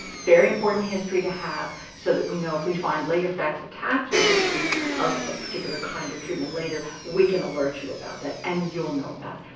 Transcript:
very important history to have so that we know if we find late effects attached with history of a particular kind of treatment later, we can alert you about that, and you'll know about it.